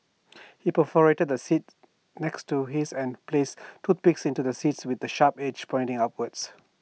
he perforated the seat next to his and placed toothpicks into the seat with the sharp age pointing upwards